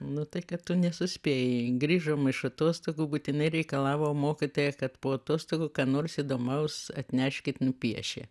nu tai kad tu nesuspėjai grįžom iš atostogų būtinai reikalavo mokytoja kad po atostogų ką nors įdomaus atneškit nupiešę